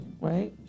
right